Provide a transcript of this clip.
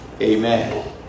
Amen